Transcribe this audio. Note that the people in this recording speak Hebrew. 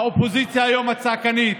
האופוזיציה היום, הצעקנית,